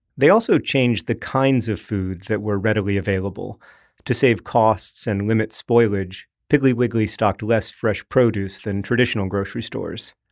they also changed the kinds of foods that were readily available to save costs and limit spoilage, piggly wiggly stocked less fresh produce than traditional grocery stores.